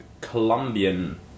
Colombian